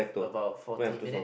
about forty minute